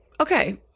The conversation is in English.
Okay